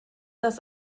das